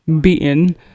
beaten